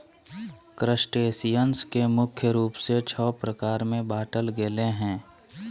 crustaceans के मुख्य रूप से छः प्रकार में बांटल गेले हें